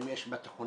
אם יש בתיכונים,